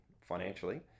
financially